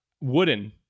wooden